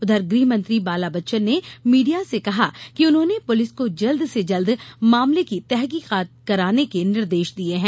उधर गृहमंत्री बाला बच्चन ने मीडिया से कहा कि उन्होंने पुलिस को जल्द से जल्द मामले की तहकीकात करने के निर्देश दिये है